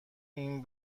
این